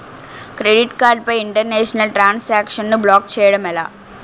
Credit card పై international transaction block చేయటం ఎలా?